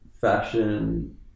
fashion